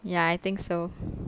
ya I think so